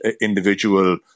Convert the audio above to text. individual